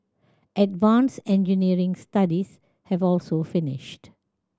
advance engineering studies have also finished